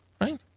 right